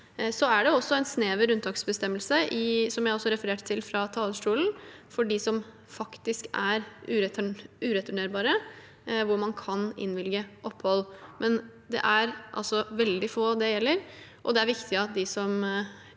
Det er også en snever unntaksbestemmelse, som jeg refererte til fra talerstolen, for dem som faktisk er ureturnerbare, hvor man kan innvilge opphold, men det er veldig få det gjelder, og det er viktig at de som